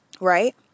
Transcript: right